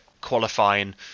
qualifying